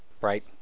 Right